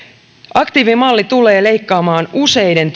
aktiivimalli tulee leikkaamaan useiden